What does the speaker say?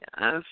Yes